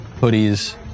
Hoodies